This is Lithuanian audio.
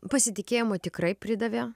pasitikėjimo tikrai pridavė